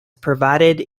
provided